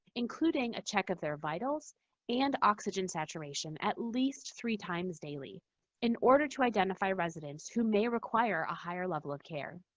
including a check of their vitals and oxygen saturation at least three times daily in order to identify residents who may require a higher level of care.